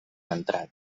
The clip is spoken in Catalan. entrat